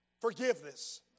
forgiveness